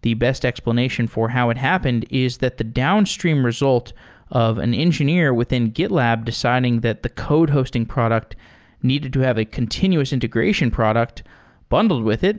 the best explanation for how it happened is that the downstream result of an engineer within gitlab deciding that the code hosting product needed to have a continuous integration product bundled with it